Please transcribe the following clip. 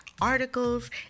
articles